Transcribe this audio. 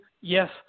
yes